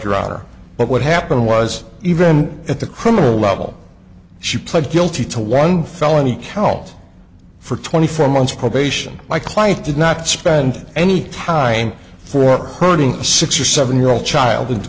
router but what happened was even at the criminal level she pled guilty to one felony count for twenty four months probation my client did not spend any time for hurting a six or seven year old child into